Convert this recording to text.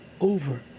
over